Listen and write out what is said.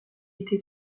été